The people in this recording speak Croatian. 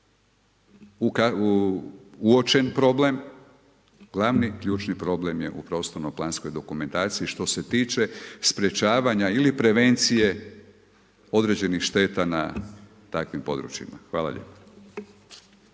uočen problem, glavni ključni problem je u prostorno planskoj dokumentaciji što se tiče sprječavanja ili prevencije određenih šteta na takvim područjima. Hvala lijepa.